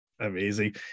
amazing